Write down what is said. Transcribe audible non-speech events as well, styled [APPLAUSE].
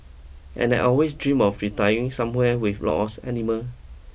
and I'd always dreamed of retiring somewhere with lot [UNINTELLIGIBLE] of animal